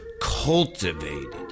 Cultivated